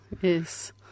Yes